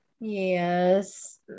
yes